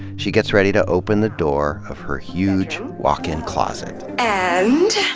she gets ready to open the door of her huge walk-in closet. and